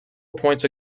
appoints